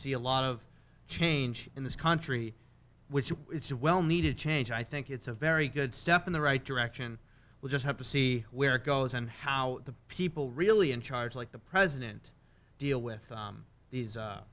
see a lot of change in this country which is well needed change i think it's a very good step in the right direction we'll just have to see where it goes and how the people really in charge like the president deal with these